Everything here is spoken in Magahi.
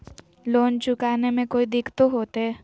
लोन चुकाने में कोई दिक्कतों होते?